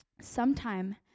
Sometime